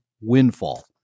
windfall